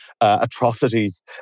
atrocities